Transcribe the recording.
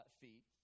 feet